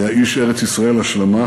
הוא היה איש ארץ-ישראל השלמה,